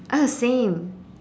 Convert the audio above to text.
uh same